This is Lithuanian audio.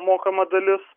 mokama dalis